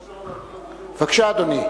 בבקשה, אדוני.